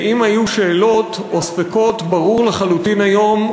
ואם היו שאלות או ספקות, ברור לחלוטין היום,